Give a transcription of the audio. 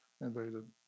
invaded